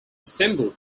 assembled